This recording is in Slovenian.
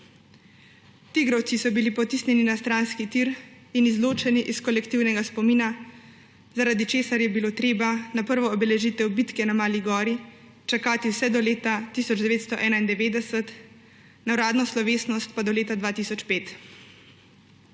Tigrovci so bili potisnjeni na stranski tir in izločeni iz kolektivnega spomina, zaradi česar je bilo treba na prvo obeležitev bitke na Mali gori čakati vse do leta 1991, na uradno slovesnost pa do leta 2005.